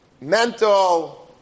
mental